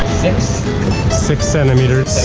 six six centimeters.